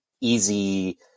easy